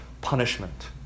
punishment